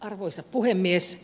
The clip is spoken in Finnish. arvoisa puhemies